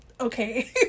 okay